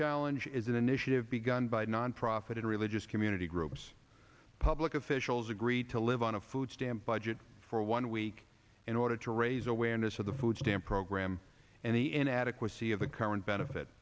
challenge is an initiative begun by nonprofit and religious community groups public officials agreed to live on a food stamp budget for one week in order to raise awareness of the food stamp pro graham and the inadequacy of the current benefit